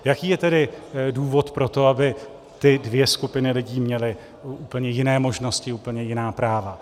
Jaký je tedy důvod pro to, aby ty dvě skupiny lidí měly úplně jiné možnosti, úplně jiná práva.